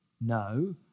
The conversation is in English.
No